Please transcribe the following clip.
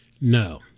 No